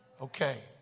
Okay